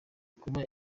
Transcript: kuba